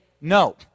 no